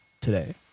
today